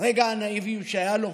רגע הנאיביות שהיה לו.